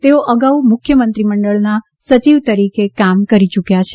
તેઓ અગાઉ મુખ્ય મંત્રીમંડળના સચિવ તરીકે કામ કરી યૂક્યા છે